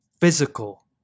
physical